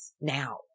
now